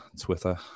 Twitter